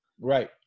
Right